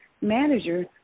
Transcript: manager